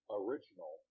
original